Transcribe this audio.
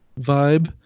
vibe